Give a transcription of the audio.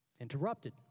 Interrupted